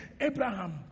Abraham